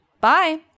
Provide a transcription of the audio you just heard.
Bye